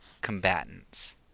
combatants